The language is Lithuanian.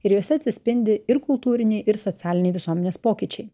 ir juose atsispindi ir kultūriniai ir socialiniai visuomenės pokyčiai